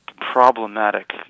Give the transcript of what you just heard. Problematic